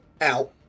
out